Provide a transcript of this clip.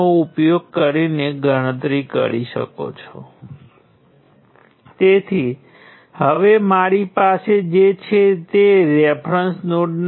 હવે હું એક ચોક્કસ ઉદાહરણ બતાવીશ સામાન્ય રીતે હું શું કરું છું હું અમુક ચોક્કસ ઉદાહરણો બતાવું છું અને પછી સામાન્યીકરણ કરું છું